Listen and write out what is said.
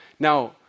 Now